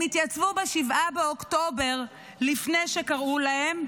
הם התייצבו ב-7 באוקטובר לפני שקראו להם,